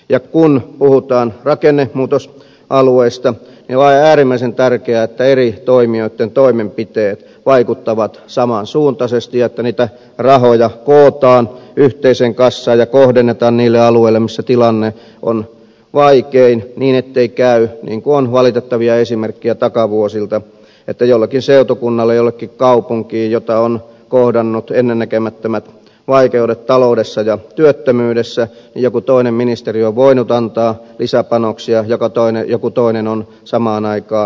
ja kun puhutaan rakennemuutosalueista niin on äärimmäisen tärkeää että eri toimijoitten toimenpiteet vaikuttavat saman suuntaisesti ja että niitä rahoja kootaan yhteiseen kassaan ja kohdennetaan niille alueille missä tilanne on vaikein niin ettei käy niin kuin on valitettavia esimerkkejä takavuosilta että jollekin seutukunnalle jollekin kaupungille jota on kohdannut ennennäkemättömät vaikeudet taloudessa ja työttömyydessä joku toinen ministeriö on voinut antaa lisäpanoksia joku toinen on samaan aikaan vähentänyt niitä